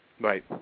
Right